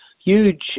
huge